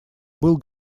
был